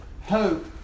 Hope